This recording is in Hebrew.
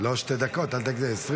לא שתי דקות, 20 שניות.